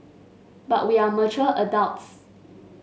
but we are mature adults